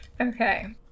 Okay